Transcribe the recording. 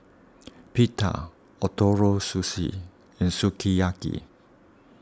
Pita Ootoro Sushi and Sukiyaki